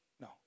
no